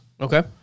Okay